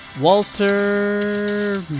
Walter